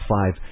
five